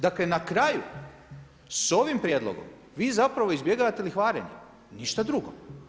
Dakle na kraju s ovim prijedlogom vi zapravo izbjegavate lihvarenje, ništa drugo.